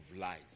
lies